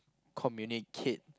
communicate